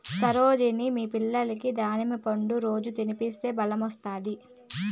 సరోజిని మీ పిల్లలకి దానిమ్మ పండ్లు రోజూ తినిపిస్తే బల్లే తెలివొస్తాది